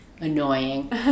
annoying